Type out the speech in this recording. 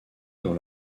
dans